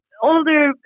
older